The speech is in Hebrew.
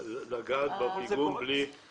לגעת בפיגום בלי לדעת שהוא בונה מקצועי?